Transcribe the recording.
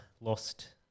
lost